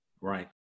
Right